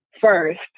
first